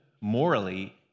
morally